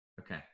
Okay